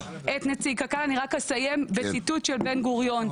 אני רק אסיים בציטוט של בן גוריון,